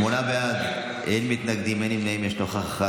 שמונה בעד, אין מתנגדים, אין נמנעים, יש נוכח אחד.